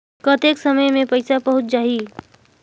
कतेक समय मे पइसा पहुंच जाही?